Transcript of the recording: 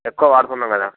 ఎక్కువ వాడుతున్నాం కదా